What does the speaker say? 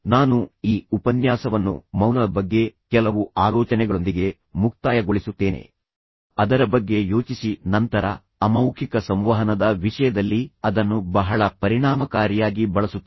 ನಾನು ಈ ಉಪನ್ಯಾಸವನ್ನು ಮೌನದ ಬಗ್ಗೆ ಕೆಲವು ಆಲೋಚನೆಗಳೊಂದಿಗೆ ಮುಕ್ತಾಯಗೊಳಿಸುತ್ತೇನೆ ಅದರ ಬಗ್ಗೆ ಯೋಚಿಸಿ ನಂತರ ಅಮೌಖಿಕ ಸಂವಹನದ ವಿಷಯದಲ್ಲಿ ಅದನ್ನು ಬಹಳ ಪರಿಣಾಮಕಾರಿಯಾಗಿ ಬಳಸುತ್ತೇನೆ